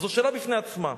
זו שאלה בפני עצמה.